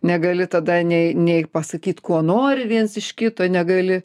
negali tada nei nei pasakyt ko nori viens iš kito negali